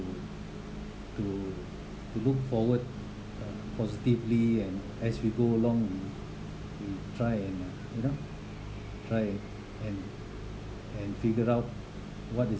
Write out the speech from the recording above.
to to look forward uh positively and as we go along you you try and uh you know try and and figure out what is